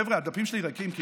חבר'ה, הדפים שלי כמעט ריקים.